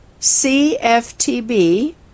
CFTB